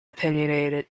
opinionated